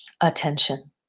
attention